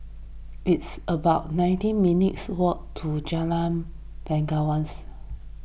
it's about nineteen minutes' walk to Jalan Bangsawan